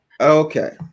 Okay